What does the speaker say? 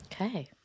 Okay